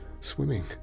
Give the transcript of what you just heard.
swimming